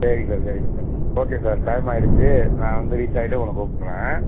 சரிங்க சார் சரிங்க sir okay sir time ஆயிடுச்சி நான் வந்து ரீச் ஆயிட்டு உங்களை கூப்பிட்றேன்